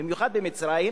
במיוחד במצרים,